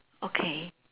okay